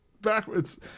backwards